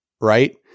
Right